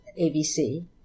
ABC